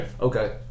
Okay